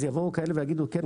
אז יבואו כאלה שיגידו 'כן,